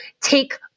take